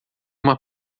uma